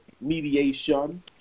mediation